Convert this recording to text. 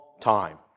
time